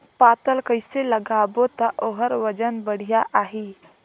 पातल कइसे लगाबो ता ओहार वजन बेडिया आही?